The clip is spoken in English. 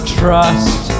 trust